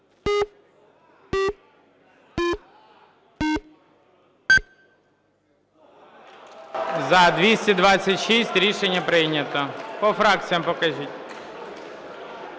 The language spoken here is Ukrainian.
За-226 Рішення прийнято. По фракціях покажіть.